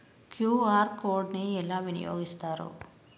QR code ని ఎలా వినియోగిస్తారు?